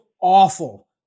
awful